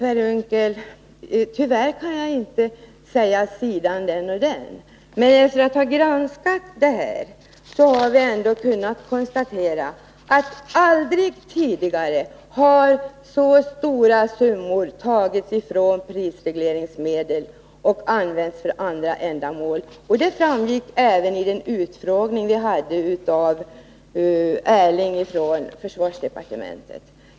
Fru talman! Tyvärr kan jag inte ange någon bestämd sida där det står. Men efter att ha granskat detta har vi kunnat konstatera att så stora summor aldrig tidigare har tagits från prisregleringsmedlen och använts för andra ändamål. Det framgick även vid den utfrågning vi hade med Ingvar Ehrling från försvarsdepartementet.